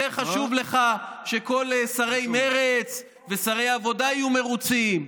יותר חשוב לך שכל שרי מרצ ושרי העבודה יהיו מרוצים.